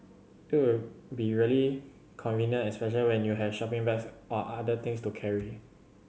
it would be really convenient especially when you have shopping bags or other things to carry